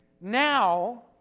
Now